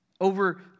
Over